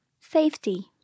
safety